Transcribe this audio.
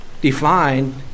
defined